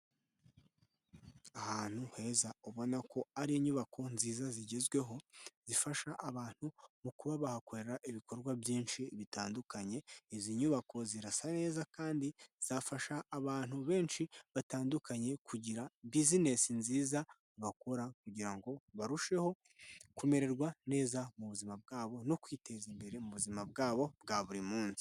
Ahantu heza ubona ko ari inyubako nziza zigezweho zifasha abantu mu kuba bahakorera ibikorwa byinshi bitandukanye, izi nyubako zirasa neza kandi zafasha abantu benshi batandukanye kugira bizinesi nziza bakora kugira ngo barusheho kumererwa neza mu buzima bwabo no kwiteza imbere mu buzima bwabo bwa buri munsi.